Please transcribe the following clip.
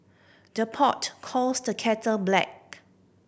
the pot calls the kettle black